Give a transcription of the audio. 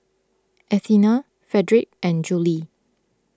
Athena Fredric and Judie